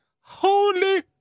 Holy